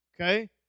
Okay